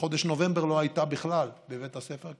ובחודש נובמבר לא הייתה בכלל בבית הספר,